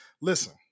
Listen